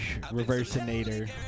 reversinator